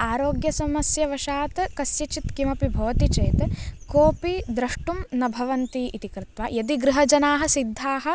आरोग्रसमस्यवशात् कस्यचित् किमपि भवति चेत् कोपि द्रष्टुं न भवन्ति इति कृत्वा यदि गृहजनाः सिद्धाः